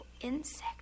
insect